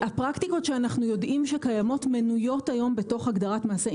הפרקטיקות שאנחנו יודעים שקיימות מנויות היום בתוך הגדרת מעשה.